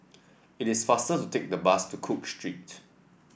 it is faster to take the bus to Cook Street